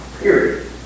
Period